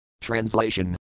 Translation